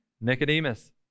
nicodemus